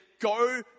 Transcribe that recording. Go